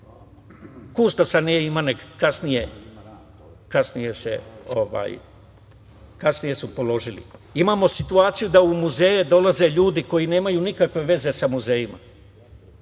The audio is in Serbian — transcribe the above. kustosa nije imao nego su kasnije položili. Imamo i situaciju da u muzeje dolaze ljudi koji nemaju nikakve veze sa muzejima,